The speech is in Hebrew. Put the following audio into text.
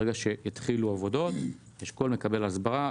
ברגע שהתחילו עבודות, אשכול מקבל הסברה.